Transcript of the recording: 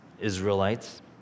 Israelites